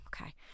Okay